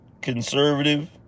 conservative